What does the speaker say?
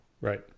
Right